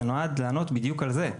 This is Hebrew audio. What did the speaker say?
זה נועד לענות בדיוק על זה.